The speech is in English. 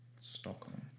Stockholm